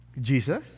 Jesus